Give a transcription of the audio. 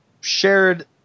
shared